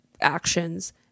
actions